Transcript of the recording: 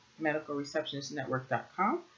medicalreceptionistnetwork.com